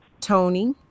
tony